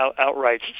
outright